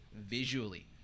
visually